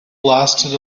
blasted